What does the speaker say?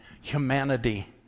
humanity